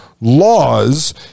laws